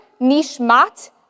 nishmat